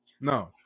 No